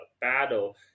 battle